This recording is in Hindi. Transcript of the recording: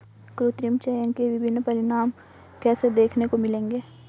कृत्रिम चयन के विभिन्न परिणाम कैसे देखने को मिलेंगे?